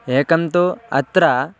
एकं तु अत्र